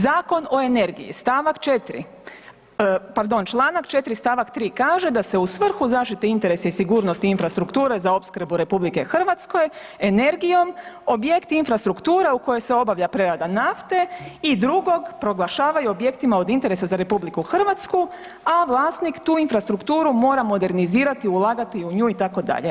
Zakon o energiji stavak 4., pardon Članak 4. stavak 3. kaže da se u svrhu zaštite interesa i sigurnosti infrastrukture za opskrbu RH energijom objekt infrastruktura u kojoj se obavlja prerada nafte i drugog proglašavaju objektima od interesa za RH, a vlasnik tu infrastrukturu mora modernizirati, ulagati u nju itd.